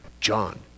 John